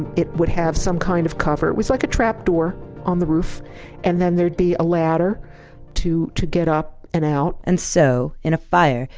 it it would have some kind of cover. it was like a trap door on the roof and then there would be a ladder to to get up and out and so, in a fire,